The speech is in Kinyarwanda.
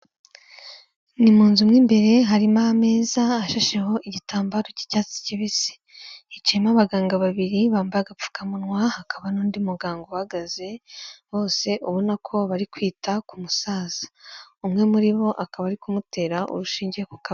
Ni mu nzu mo imbere harimo ameza ashasheho igitambaro cy'icyatsi kibisi. Hicayemo abaganga babiri bambaye agapfukamunwa, hakaba n'undi muganga uhagaze bose ubona ko bari kwita ku musaza. Umwe muri bo akaba ari kumutera urushinge ku kaboko.